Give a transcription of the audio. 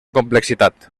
complexitat